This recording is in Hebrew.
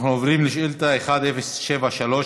אנחנו עוברים לשאילתה מס' 1073,